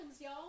y'all